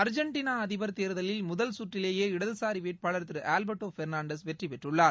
Argentina அதிபர் தேர்தலில் முதல் சுற்றிலேயே இடது சாரி வேட்பாளர் திரு ஆல்பர்ட்டோ பெர்னான்டஸ் வெற்றி பெற்றுள்ளார்